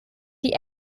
die